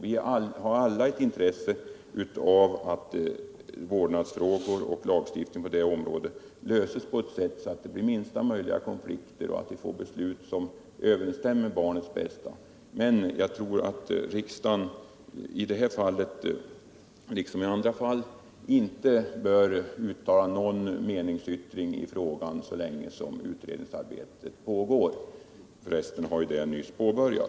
Vi har alla intresse av att vårdnadsfrågorna löses på ett sådant sätt att det blir minsta möjliga konflikter och att vi får beslut som överensstämmer med barnets bästa. Jag tror att riksdagen i detta som i andra fall inte bör uttala sig i frågan så länge utredningsarbete pågår.